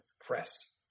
press